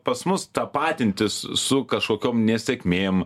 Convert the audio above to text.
pas mus tapatintis su kažkokiom nesėkmėm